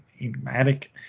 enigmatic